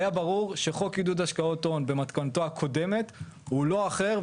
היה ברור שחוק עידוד השקעות הון במתכונתו הקודמת הוא לא אחר,